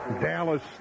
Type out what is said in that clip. Dallas